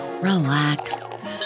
relax